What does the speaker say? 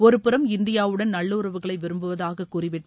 ஒருபுறம் இந்தியாவுடன் நல்லுறவுகளை விரும்புவதாக கூறிவிட்டு